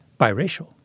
biracial